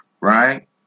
right